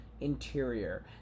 interior